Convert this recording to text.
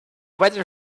weather